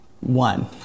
one